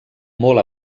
molt